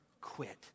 quit